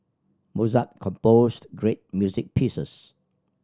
Mozart composed great music pieces